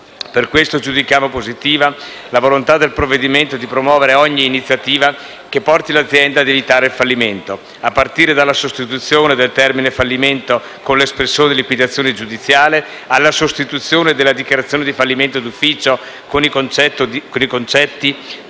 Per questo giudichiamo positiva la volontà del provvedimento di promuovere ogni iniziativa che porti l'azienda ad evitare il fallimento. A partire dalla sostituzione del termine "fallimento" con l'espressione "liquidazione giudiziale", alla sostituzione della dichiarazione di fallimento d'ufficio con i concetti